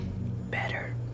better